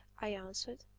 i answered.